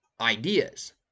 ideas